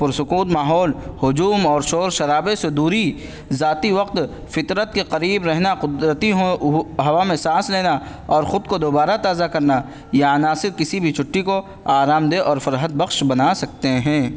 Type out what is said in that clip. پرسکون ماحول ہجوم اور شور شرابے سے دوری ذاتی وقت فطرت کے قریب رہنا قدرتی ہوا میں سانس لینا اور خود کو دوبارہ تازہ کرنا یہ عناصر کسی بھی چھٹی کو آرامدہ اور فرحت بخش بنا سکتے ہیں